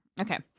Okay